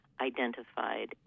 identified